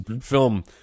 film